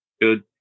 good